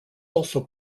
also